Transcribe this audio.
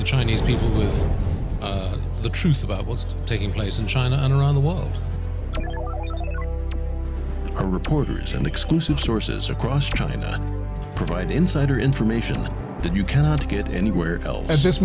the chinese people is the truth about what's taking place in china and around the world are reporters and exclusive sources across china provide insider information that you cannot get anywhere else at this